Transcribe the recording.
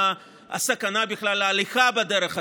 מה הסכנה בכלל להליכה בדרך הזו,